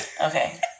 Okay